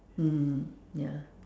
mm ya